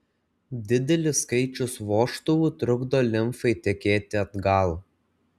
didelis skaičius vožtuvų trukdo limfai tekėti atgal